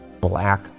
black